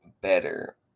better